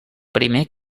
primer